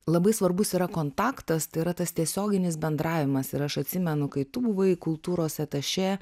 labai svarbus yra kontaktas tai yra tas tiesioginis bendravimas ir aš atsimenu kai tu buvai kultūros atašė